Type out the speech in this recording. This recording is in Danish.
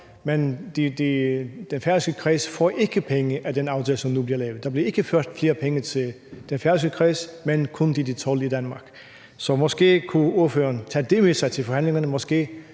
men den færøske kreds får ikke penge gennem den aftale, som nu bliver lavet. Der bliver ikke ført flere penge til den færøske kreds, men kun til de 12 i Danmark, så måske kunne ordføreren tage det med sig til forhandlingerne: